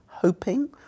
hoping